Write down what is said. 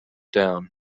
down